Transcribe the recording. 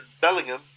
Bellingham